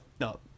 no